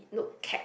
nope cap